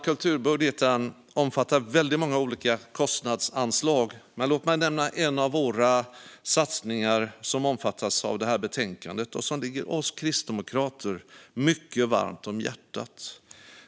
Kulturbudgeten omfattar många olika kostnadsanslag, men låt mig nämna en av våra satsningar som omfattas av betänkandet och som ligger oss kristdemokrater mycket varmt om hjärtat.